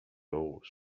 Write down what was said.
oars